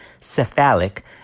cephalic